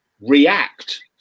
react